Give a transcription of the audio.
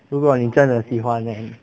如果你真的喜欢 then